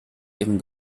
ihren